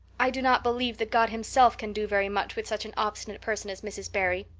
i do not believe that god himself can do very much with such an obstinate person as mrs. barry.